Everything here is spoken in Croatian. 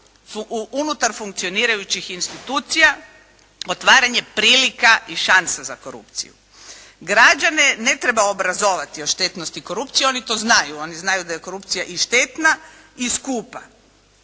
unutar funkcionirajućih institucija, otvaranje prilika i šansa za korupciju. Građane ne treba obrazovati o štetnosti korupcije. Oni to znaju. Oni znaju da je korupcija i štetna i skupa.